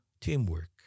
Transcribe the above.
teamwork